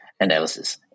analysis